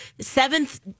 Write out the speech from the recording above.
seventh